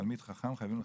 תלמיד חכם חייבים לכבד,